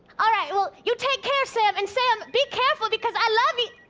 all right. well, you take care, sam. and, sam, be careful because i love you.